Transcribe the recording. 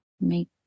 make